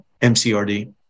MCRD